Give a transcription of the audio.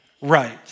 right